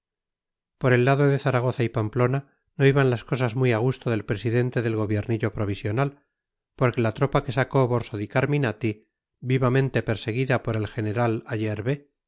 por el lado de zaragoza y pamplona no iban las cosas muy a gusto del presidente del gobiernillo provisional porque la tropa que sacó borso di carminati vivamente perseguida por el general ayerbe